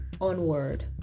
onward